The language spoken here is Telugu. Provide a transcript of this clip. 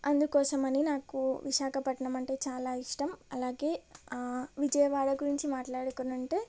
అందుకోసం అని నాకు విశాఖపట్నం అంటే చాలా ఇష్టం అలాగే విజయవాడ గురించి మాట్లాడుకుంటే